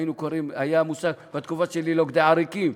בתקופה שלי היה מושג "לוכדי עריקים"